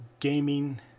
Gaming